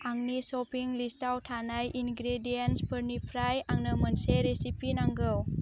आंनि shopping list आव थानाय इनग्रेडियेन्ट्सफोरनिफ्राय आंनो मोनसे रेसिपि नांगौ